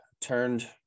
turned